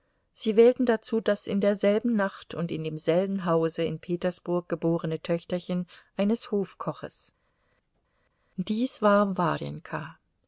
sie wählten dazu das in derselben nacht und in demselben hause in petersburg geborene töchterchen eines hofkoches dies war warjenka